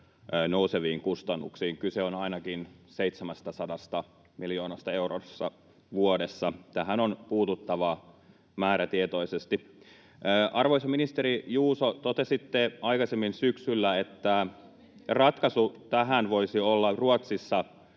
nouseviin kustannuksiin, kyse on ainakin 700 miljoonasta eurosta vuodessa. Tähän on puututtava määrätietoisesti. [Krista Kiuru: Vuosi on mennyt jo!] Arvoisa ministeri Juuso, totesitte aikaisemmin syksyllä, että ratkaisu tähän voisi olla Ruotsissa